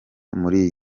muri